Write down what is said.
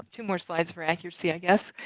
two more slides for accuracy i guess.